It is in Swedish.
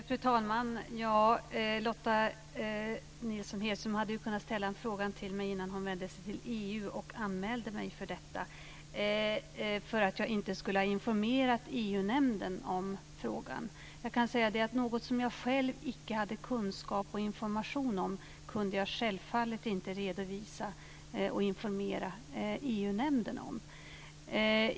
Fru talman! Lotta N Hedström hade ju kunnat ställa frågan till mig innan hon vände sig till EU och anmälde mig för att jag inte skulle ha informerat EU nämnden om frågan. Något som jag själv icke hade kunskap och information om kunde jag självfallet inte redovisa för och informera EU-nämnden om.